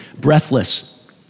breathless